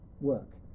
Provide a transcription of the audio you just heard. work